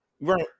Right